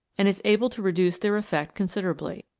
and is able to reduce their effect considerably.